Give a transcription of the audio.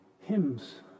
Hymns